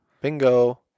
Bingo